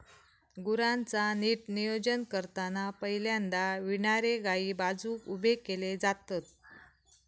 गुरांचा नीट नियोजन करताना पहिल्यांदा विणारे गायी बाजुक उभे केले जातत